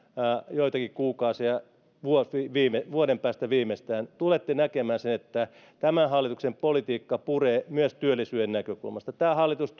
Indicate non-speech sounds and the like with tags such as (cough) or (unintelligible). joitakin kuukausia viimeistään vuoden päästä tulette näkemään sen että tämän hallituksen politiikka puree myös työllisyyden näkökulmasta tämä hallitus (unintelligible)